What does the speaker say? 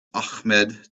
ahmed